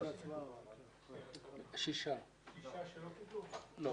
אז